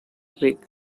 league